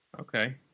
Okay